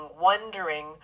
wondering